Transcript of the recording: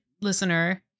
listener